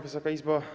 Wysoka Izbo!